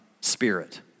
spirit